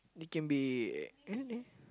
it can be anything